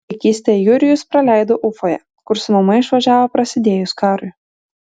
vaikystę jurijus praleido ufoje kur su mama išvažiavo prasidėjus karui